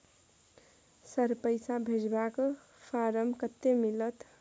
Sir, पैसा भेजबाक form कत्ते मिलत?